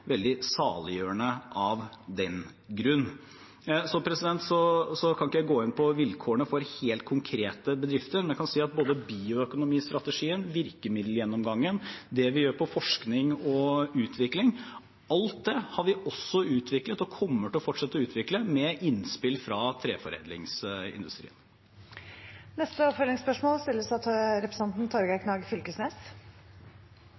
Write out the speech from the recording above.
veldig saliggjørende av den grunn. Jeg kan ikke gå inn på vilkårene for helt konkrete bedrifter. Men jeg kan si at både bioøkonomistrategien, virkemiddelgjennomgangen, det vi gjør innenfor forskning og utvikling – alt det har vi også utviklet, og kommer til å fortsette å utvikle, med innspill fra treforedlingsindustrien. Torgeir Knag Fylkesnes – til oppfølgingsspørsmål.